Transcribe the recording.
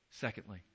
Secondly